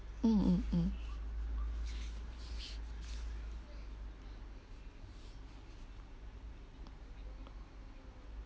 mm mm mm